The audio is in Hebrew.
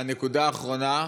האחרונה: